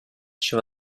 she